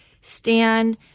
Stan